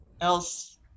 else